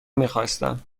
میخواستم